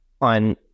on